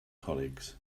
colleagues